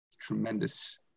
Tremendous